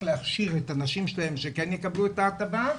להכשיר את הנשים שלהן שכן יקבלו את ההטבה,